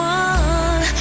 one